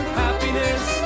happiness